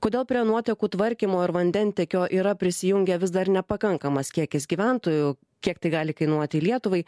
kodėl prie nuotekų tvarkymo ir vandentiekio yra prisijungę vis dar nepakankamas kiekis gyventojų kiek tai gali kainuoti lietuvai